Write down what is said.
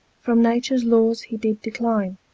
from natures lawes he did decline,